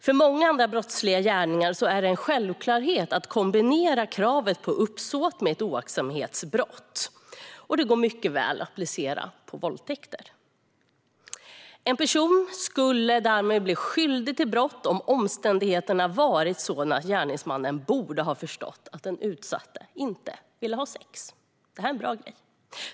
För många andra brottsliga gärningar är det en självklarhet att kombinera kravet på uppsåt med ett oaktsamhetsbrott. Det går mycket väl att applicera också på våldtäkter. En person skulle därmed bli skyldig till brott om omständigheterna varit sådana att gärningsmannen borde ha förstått att den utsatta inte ville ha sex. Det här är en bra grej.